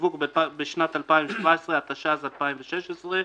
לשיווק בשנת 2017), התשע"ז-2016,